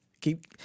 keep